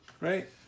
right